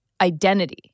Identity